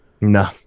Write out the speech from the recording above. No